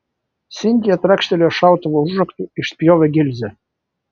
sintija trakštelėjo šautuvo užraktu išspjovė gilzę